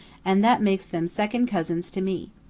and that makes them second cousins to me.